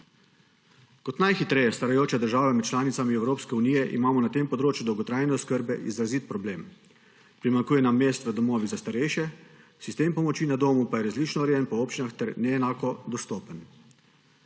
Kot najhitreje starajoča država med članicami Evropske unije imamo na tem področju dolgotrajne oskrbe izrazit problem. Primanjkuje nam mest v domovih za starejše, sistem pomoči na domu pa je različno urejen po občinah ter neenako dostopen.